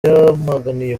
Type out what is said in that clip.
yamaganiye